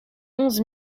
onze